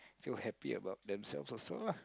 feel happy about themselves also lah